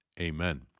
Amen